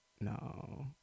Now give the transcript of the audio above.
no